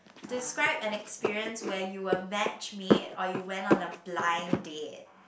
describe an experience where you were match made or you went on a blind date